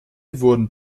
wurden